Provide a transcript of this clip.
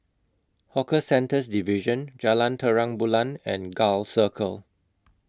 Hawker Centres Division Jalan Terang Bulan and Gul Circle